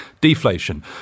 deflation